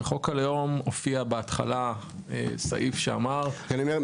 בחוק הלאום הופיע בהתחלה סעיף שאמר --- אני אומר,